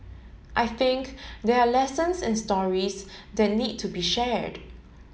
I think there are lessons and stories that need to be shared